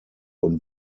und